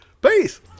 peace